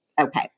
Okay